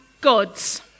God's